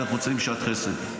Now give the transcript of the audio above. שאנחנו צריכים שעת חסד.